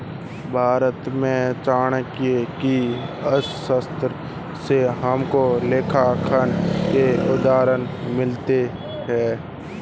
भारत में चाणक्य की अर्थशास्त्र से हमको लेखांकन के उदाहरण मिलते हैं